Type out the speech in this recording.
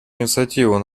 инициативу